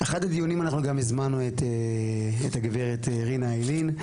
באחד הדיונים אנחנו גם הזמנו את הגברת רינה איילין.